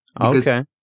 Okay